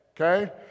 okay